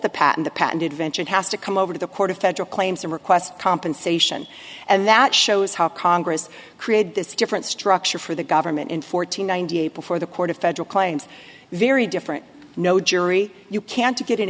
the pattern the patented ventured has to come over to the court of federal claims and request compensation and that shows how congress created this different structure for the government in fourteen ninety eight before the court of federal claims very different no jury you can't get an